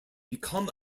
become